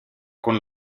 con